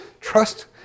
trust